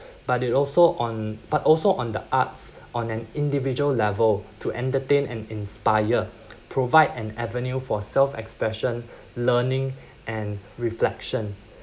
but it also on but also on the arts on an individual level to entertain and inspire provide an avenue for self expression learning and reflection